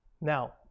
Now